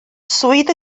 swydd